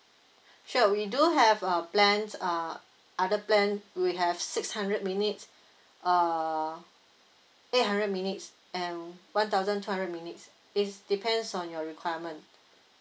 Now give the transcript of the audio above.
sure we do have uh plan uh other plan we have six hundred minutes uh eight hundred minutes and one thousand two hundred minutes is depends on your requirement